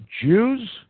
Jews